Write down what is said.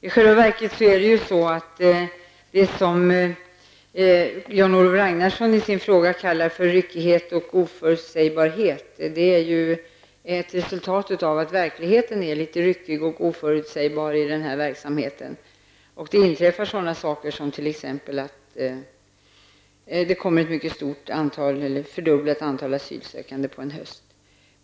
I själva verket är det som Jan-Olof Ragnarsson kallar för ryckighet och oförutsägbarhet i sin fråga ett resultat av att verkligheten är litet ryckig och oförutsägbar när det gäller den här verksamheten. Det inträffar t.ex. sådana saker som att det kommer ett fördubblat antal asylsökande under en höst.